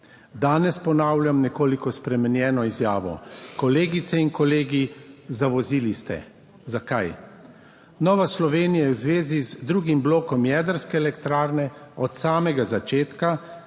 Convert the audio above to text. Danes ponavljam nekoliko spremenjeno izjavo: Kolegice in kolegi, zavozili ste. Zakaj? Nova Slovenija je v zvezi z drugim blokom jedrske elektrarne od samega začetka,